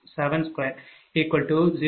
u